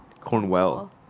Cornwell